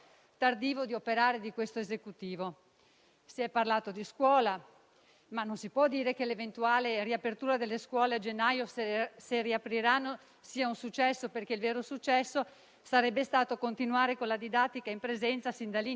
Il fatto poi che lo sgravio dei costi fissi delle bollette elettriche sia stata una misura già presentata in un precedente provvedimento dal Governo e dalla maggioranza significa che le misure adottate da questo Esecutivo non sono sempre distanti dalla sensibilità